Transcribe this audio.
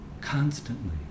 constantly